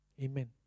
amen